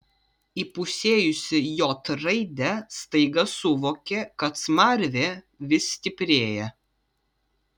įpusėjusi j raidę staiga suvokė kad smarvė vis stiprėja